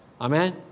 Amen